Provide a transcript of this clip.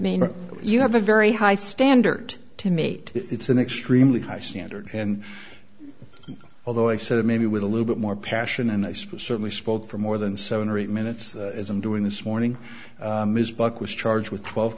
mean you have a very high standard to meet it's an extremely high standard and although i said it maybe with a little bit more passion and i suppose certainly spoke for more than seven or eight minutes as i'm doing this morning ms buck was charged with twelve